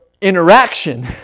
interaction